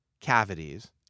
cavities